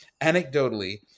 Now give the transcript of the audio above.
anecdotally